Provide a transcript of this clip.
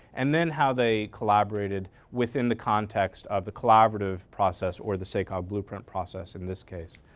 and then how they collaborated within the context of the collaborative process or the sacog blueprint process in this case.